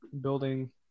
building